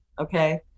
okay